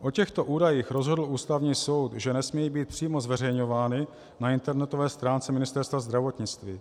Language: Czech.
O těchto údajích rozhodl Ústavní soud, že nesmějí být přímo zveřejňována na internetové stránce Ministerstva zdravotnictví.